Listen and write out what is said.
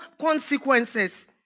consequences